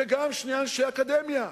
וגם שני אנשי אקדמיה.